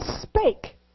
spake